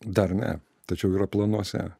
dar ne tačiau yra planuose